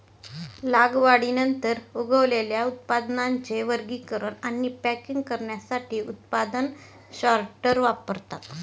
लागवडीनंतर उगवलेल्या उत्पादनांचे वर्गीकरण आणि पॅकिंग करण्यासाठी उत्पादन सॉर्टर वापरतात